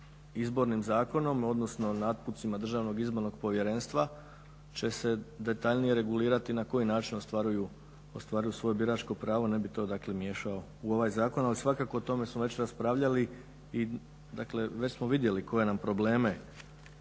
Izbornim zakonom odnosno naputcima Državnog izbornog povjerenstva će se detaljnije regulirati na koji način ostvaruju svoje biračko pravo. Dakle, ne bi to miješao u ovaj zakona ali svakako o tome smo već raspravljali i dakle već smo vidjeli koje nam probleme,